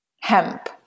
Hemp